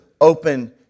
open